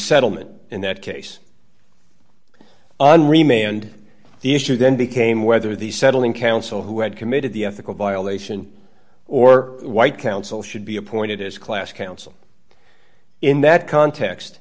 settlement in that case and remained the issue then became whether the settling counsel who had committed the ethical violation or white counsel should be appointed as class counsel in that context